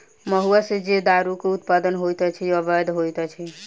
महुआ सॅ जे दारूक उत्पादन होइत अछि से अवैध होइत अछि